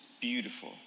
beautiful